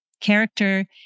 Character